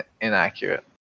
inaccurate